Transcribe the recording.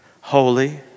Holy